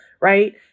right